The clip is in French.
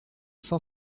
cent